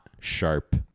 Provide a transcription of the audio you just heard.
sharp